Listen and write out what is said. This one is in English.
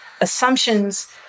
assumptions